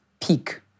peak